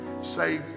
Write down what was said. say